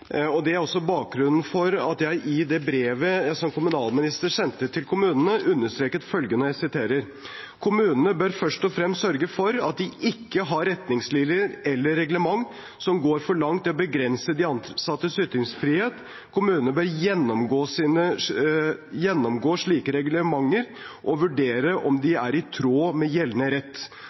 Det er også bakgrunnen for at jeg i det brevet som jeg som kommunalminister sendte til kommunene, understreket følgende: «Kommunene bør først og fremst sørge for at de ikke har retningslinjer eller reglement som går for langt i å begrense de ansattes ytringsfrihet. Kommunene bør gjennomgå slike reglementer mv. og vurdere om de er i tråd med gjeldende rett.»